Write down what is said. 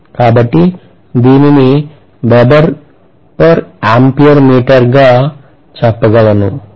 కాబట్టి దీనిని గా చెప్పగలను